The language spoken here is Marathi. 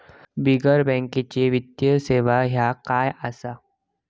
बिगर बँकेची वित्तीय सेवा ह्या काय असा?